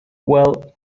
well